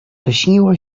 lśniła